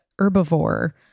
herbivore